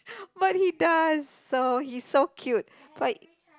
but he does so he's so cute like